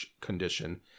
condition